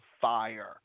fire